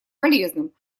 полезным